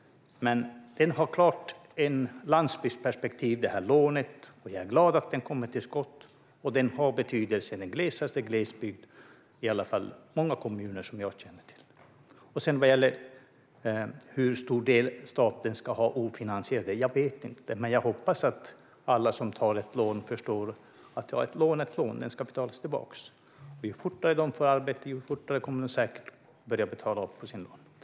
Det här lånet har ett klart landsbygdsperspektiv. Jag är glad att man kommer till skott med detta. Det har betydelse i den glesaste glesbygd, i alla fall i många kommuner som jag känner till. Hur stor del staten ska ha ofinansierad vet jag inte, men jag hoppas att alla som tar ett lån förstår att ett lån är ett lån och ska betalas tillbaka. Ju fortare de får arbete, desto fortare kommer de säkert att börja betala av på lånet.